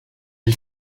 del